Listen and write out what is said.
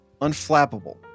unflappable